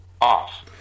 off